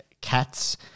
cats